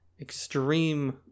extreme